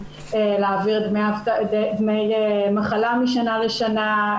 להעביר דמי מחלה משנה לשנה,